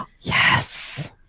Yes